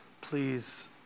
please